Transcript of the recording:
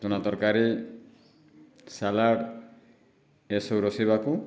ଚଣା ତରକାରୀ ସାଲାଡ୍ ଏସବୁ ରୋଷେଇବାକୁ